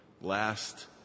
last